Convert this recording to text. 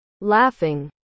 Laughing